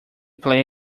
play